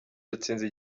yatsinze